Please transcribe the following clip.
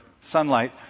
sunlight